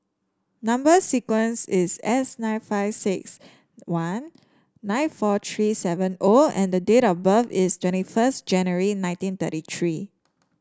number sequence is S nine five six one nine four three seven O and date of birth is twenty first January nineteen thirty three